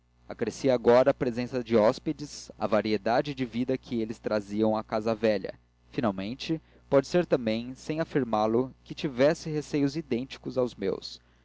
tia acrescia agora a presença de hóspedes a variedade de vida que eles traziam à casa velha finalmente pode ser também sem afirmá lo que tivesse receios idênticos aos meus